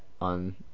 on